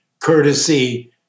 courtesy